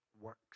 works